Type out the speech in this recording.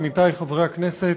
עמיתי חברי הכנסת,